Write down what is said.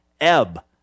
ebb